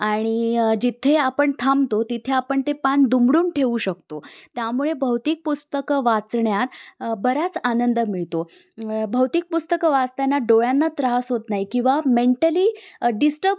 आणि जिथे आपण थांबतो तिथे आपण ते पान दुमडून ठेवू शकतो त्यामुळे भौतिक पुस्तकं वाचण्यात बराच आनंद मिळतो भौतिक पुस्तकं वाचताना डोळ्यांना त्रास होत नाही किंवा मेंटली डिस्टर्ब